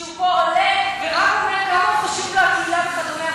שהוא פה עולה ורק אומר כמה חשובה לו הקהילה וכדומה,